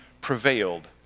prevailed